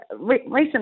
recently